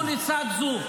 נא לסיים.